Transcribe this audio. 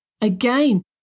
again